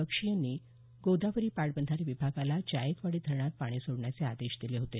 बक्षी यांनी गोदावरी पाटबंधारे विभागाला जायकवाडी धरणात पाणी सोडण्याचे आदेश दिले होते